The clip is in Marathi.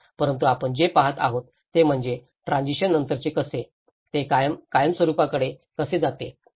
परंतु आपण जे पहात आहोत ते म्हणजे ट्रॅजिशना नंतरचे कसे ते कायमस्वरुपाकडे कसे जाते